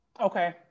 Okay